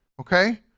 Okay